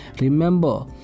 Remember